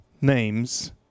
names